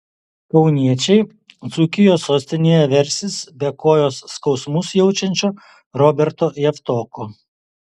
kauniečiai dzūkijos sostinėje versis be kojos skausmus jaučiančio roberto javtoko